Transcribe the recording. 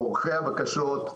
עורכי הבקשות,